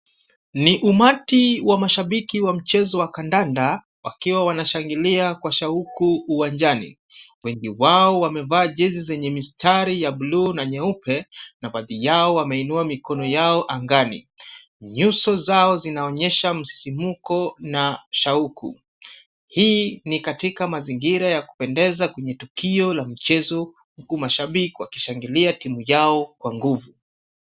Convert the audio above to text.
Ni umati wa mashabiki wa mchezo wa kandanda, wakiwa wanashangilia kwa shauku uwanjani. Wengi wao wamevaa jezi zenye mistari ya bluu na nyeupe na baadhi yao wameinua mikono yao angani. Nyuso zao zinaonyesha msisimko na shauku. Hii ni katika mazingira ya kupendeza kwenye tukio la michezo huku mashabiki wakishangilia timu yao kwa nguvu.